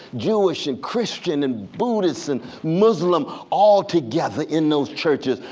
jewish and christian, and buddhist, and muslim, all together in those churches,